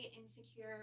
insecure